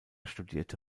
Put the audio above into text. studierte